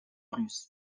plus